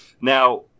Now